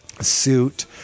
suit